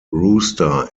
rooster